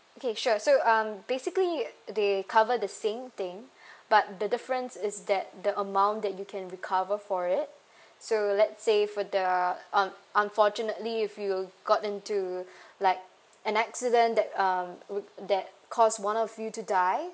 okay sure so um basically they cover the same thing but the difference is that the amount that you can recover for it so let's say for the uh unfortunately if you got into like an accident that uh would that cause one of you to die